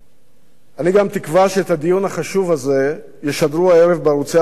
אני גם תקווה שאת הדיון החשוב הזה ישדרו הערב בערוצי הטלוויזיה,